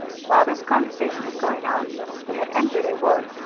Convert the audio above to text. while this conversation was going on they had entered a wood,